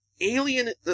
Alien